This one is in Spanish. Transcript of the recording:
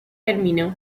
terminó